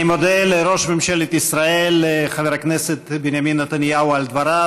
אני מודה לראש ממשלת ישראל חבר הכנסת בנימין נתניהו על דבריו,